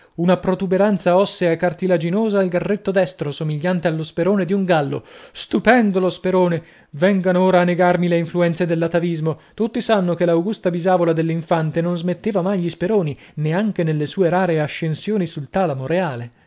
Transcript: una protuberanza ossea cartilaginosa al garretto destro somigliante allo sperone di un gallo stupendo lo sperone vengano ora a negarmi le influenze dell'atavismo tutti sanno che l'augusta bisavola dell'infante non smetteva mai gli speroni né anche nelle sue rare ascensioni sul talamo reale